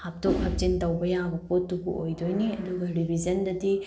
ꯍꯥꯞꯇꯣꯛ ꯍꯥꯞꯆꯤꯟ ꯇꯧꯕ ꯌꯥꯕ ꯄꯣꯠꯇꯨꯕꯨ ꯑꯣꯏꯗꯣꯏꯅꯤ ꯑꯗꯨꯒ ꯔꯤꯕꯤꯖꯟꯗꯗꯤ